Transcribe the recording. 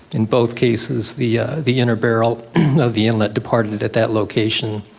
in both cases the the inner barrel of the inlet departed at that location.